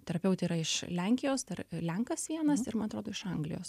terapeutė yra iš lenkijos dar lenkas vienas ir man atrodo iš anglijos